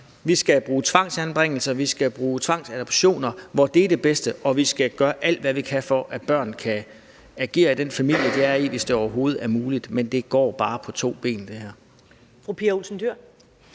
Vi skal bruge tvangsanbringelser, vi skal bruge tvangsadoptioner, hvor det er det bedste, og vi skal gøre alt, hvad vi kan, for at børn kan agere i den familie, de er i, hvis det overhovedet er muligt, men det her går bare på to ben. Kl.